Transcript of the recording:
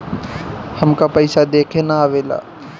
हमका पइसा देखे ना आवेला?